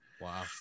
Wow